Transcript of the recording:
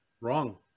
Wrong